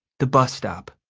the bus stop